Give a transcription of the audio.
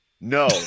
no